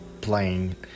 playing